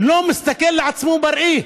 לא מסתכל על עצמו בראי,